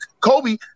Kobe